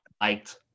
liked